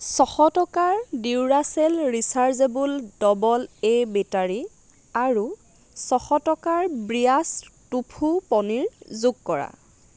ছশ টকাৰ Duracell rechargeable double A battery আৰু ছশ টকাৰ ব্ৰিয়াছ টোফু পনীৰ যোগ কৰা